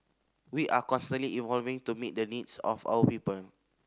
we are constantly evolving to meet the needs of our people